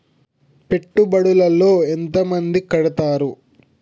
పెట్టుబడుల లో ఎంత మంది కడుతరు?